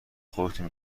خودتون